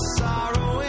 sorrow